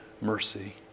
mercy